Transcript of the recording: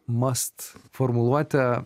mast formuluotė